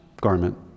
Garment